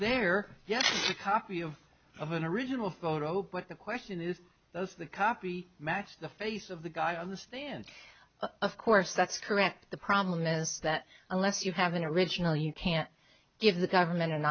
yet a copy of of an original photo but the question is does the copy match the face of the guy on the stand of course that's correct the problem is that unless you have an original you can't give the government an